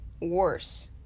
worse